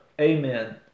Amen